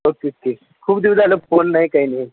खूप दिवस झालं फोन नाही काही नाही